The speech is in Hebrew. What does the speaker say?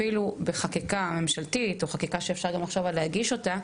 אפילו בחקיקה ממשלתית או בחקיקה שאפשר יהיה לחשוב על להגיש אותה,